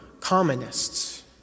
communists